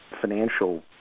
financial